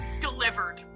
Delivered